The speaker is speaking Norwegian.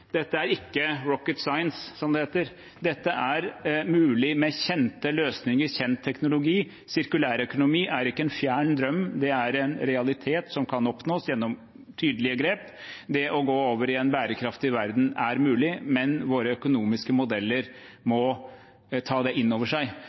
med kjente løsninger og kjent teknologi. Sirkulærøkonomi er ikke en fjern drøm, det er en realitet som kan oppnås gjennom tydelige grep. Å gå over i en bærekraftig verden er mulig, men våre økonomiske modeller må